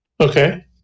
okay